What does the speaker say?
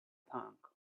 tank